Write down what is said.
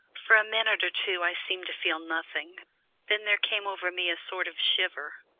for a minute or two i seemed to feel nothing then there came over me a sort of shiver,